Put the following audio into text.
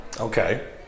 Okay